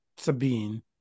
Sabine